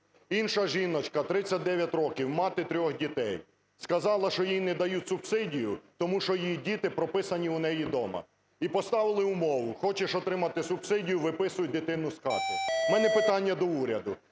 Інша жіночка, 39 років, мати трьох дітей, сказала, що їй не дають субсидію, тому що її діти прописані у неї дома. І поставили умову: хочеш отримувати субсидію - виписуй дитину з хати. В мене питання до уряду: